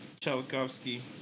Tchaikovsky